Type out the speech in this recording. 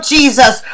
Jesus